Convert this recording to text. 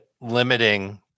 limiting